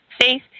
faith